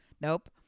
Nope